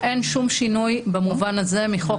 אין שום שינוי במובן הזה מחוק